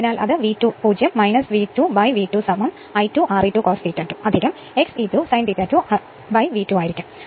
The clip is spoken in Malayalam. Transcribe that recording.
അതിനാൽ അത് V2 0 V2 V2 I2 Re2 cos ∅2 XE2 sin ∅2 V2 ആയിരിക്കും